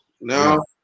Now